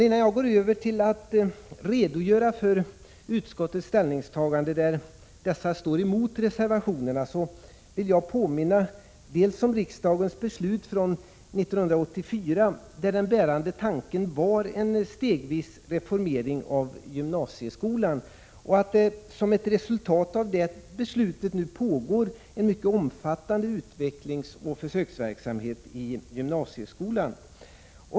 Innan jag går över till att redogöra för utskottsmajoritetens ställningstaganden där dessa går emot reservationerna, vill jag påminna om riksdagens beslut från 1984, där den bärande tanken var en stegvis reformering av gymnasieskolan. Som ett resultat av detta beslut pågår nu en mycket omfattande utvecklingsoch försöksverksamhet i gymnasieskolan.